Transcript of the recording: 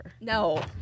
No